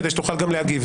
כדי שתוכל גם להגיב.